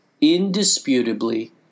indisputably